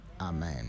amen